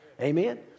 Amen